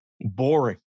boring